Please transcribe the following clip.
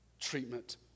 treatment